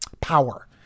power